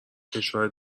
کشور